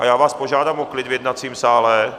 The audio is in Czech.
Já vás požádám o klid v jednacím sále.